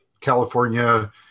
California